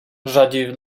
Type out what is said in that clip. rzadziej